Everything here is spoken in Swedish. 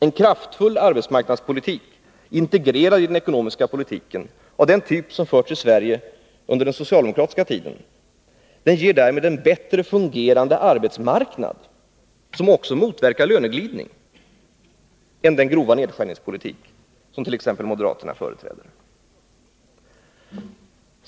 Eni den ekonomiska politiken integrerad kraftfull arbetsmarknadspolitik av den typ som förts i Sverige under den socialdemokratiska tiden ger därmed en bättre fungerande arbetsmarknad, som också motverkar löneglidning, än den grova nedskärningspolitik som t.ex. moderaterna företräder.